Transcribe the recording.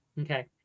okay